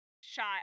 shot